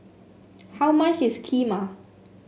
how much is Kheema